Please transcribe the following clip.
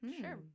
sure